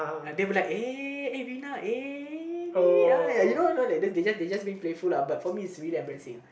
they will likeuhRinauhyou know you know they they just being playful uh but for me it's just really embarrassing uh